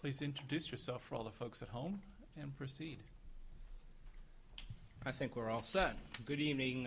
please introduce yourself for all the folks at home and proceed i think we're all such good evening